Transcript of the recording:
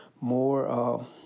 More